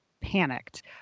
panicked